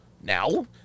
Now